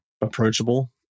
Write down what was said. approachable